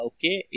Okay